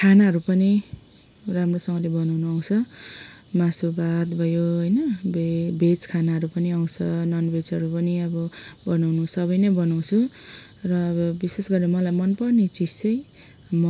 खानाहरू पनि राम्रोसँगले बनाउनु आउँछ मासु भात भयो हेइन भे भेज खानाहरू पनि आउँछ नन् भेजहरू पनि अब बनाउनु सबै नै बनाउँछु र विशेष गरेर मलाई मनपर्ने चिज चाहिँ मोमो हो होइन